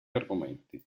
argomenti